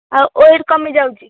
ଆଉ ୱେଟ୍ କମିଯାଉଛି